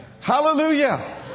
Hallelujah